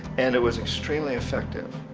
and it was extremely effective.